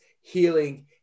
healing